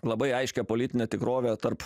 labai aiškią politinę tikrovę tarp